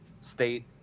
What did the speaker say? state